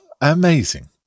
amazing